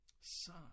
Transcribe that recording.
Son